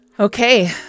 Okay